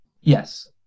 Yes